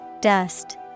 Dust